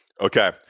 Okay